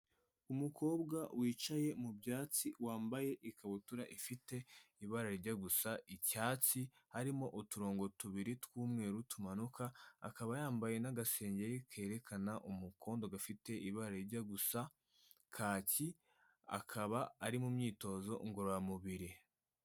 Umukobwa wicaye mu byatsi wambaye ikabutura ifite ibara rijya gusa icyatsi, harimo uturongo tubiri tw'umweru tumanuka, akaba yambaye n'agasengeri kerekana umukondo, gafite ibara rijya gusa kaki, akaba ari mu myitozo ngororamubiri.